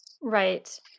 Right